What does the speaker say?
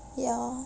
ya